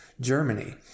Germany